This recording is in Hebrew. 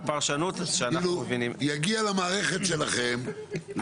הפרשנות שאנחנו מבינים --- יגיע למערכת שלכם,